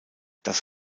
das